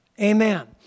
Amen